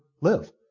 live